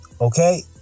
okay